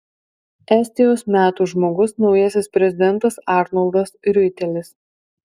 estijos metų žmogus naujasis prezidentas arnoldas riuitelis